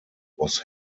was